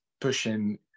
pushing